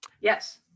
yes